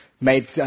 made –